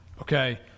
Okay